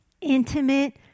Intimate